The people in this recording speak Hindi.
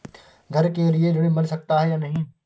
घर के लिए ऋण मिल सकता है या नहीं?